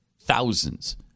thousands